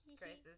crisis